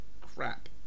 crap